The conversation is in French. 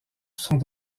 sont